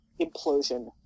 implosion